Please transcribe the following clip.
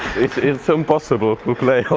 it's it's so impossible to play